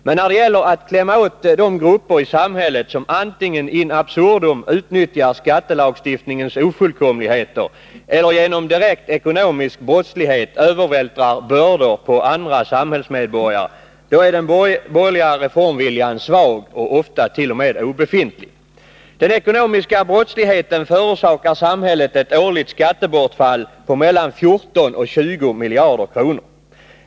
Men när det gäller att klämma åt de grupper i samhället som antingen in absurdum utnyttjar skattelagstiftningens ofullkomligheter eller genom direkt ekonomisk brottslighet övervältrar bördor på andra samhällsmedborgare, då är den borgerliga reformviljan svag och ofta t.o.m. obefintlig. Den ekonomiska brottsligheten förorsakar samhället ett årligt skattebortfall på mellan 14 och 20 miljarder kronor.